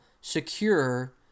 secure